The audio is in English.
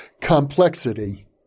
complexity